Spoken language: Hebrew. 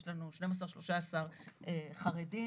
יש לנו 12%-13% חרדים.